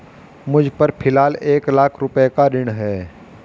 मुझपर फ़िलहाल एक लाख रुपये का ऋण है